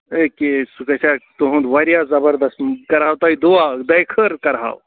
ایٚکے سُہ گَژھِ ہا تُہُنٛد واریاہ زَبردست بہٕ کَرہاو تۄہہِ دعا دۄیہِ خٲر کَرہاو